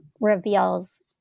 reveals